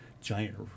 giant